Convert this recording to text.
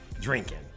drinking